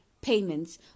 payments